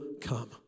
come